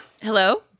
Hello